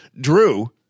Drew